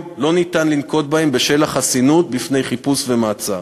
אין אפשרות לנקוט אותם בשל חסינות חבר הכנסת בפני חיפוש ומעצר.